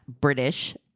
british